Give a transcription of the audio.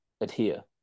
adhere